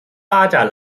发展